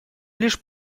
лишь